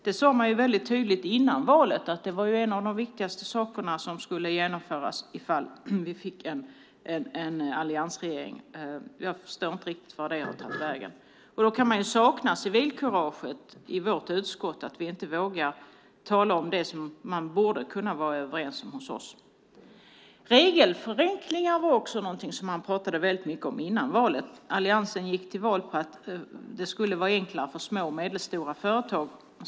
Man sade ju mycket tydligt före valet att det var en de viktigaste sakerna som skulle genomföras ifall vi fick en alliansregering. Jag förstår inte riktigt vart det har tagit vägen. Jag kan sakna civilkuraget i vårt utskott, att vi inte vågar tala om det som vi borde kunna vara överens om. Regelförenklingar var också något som alliansen pratade mycket om före valet. De gick till val på att det skulle bli enklare för små och medelstora företag.